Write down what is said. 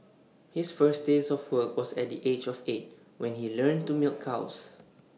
his first taste of work was at the age of eight when he learned to milk cows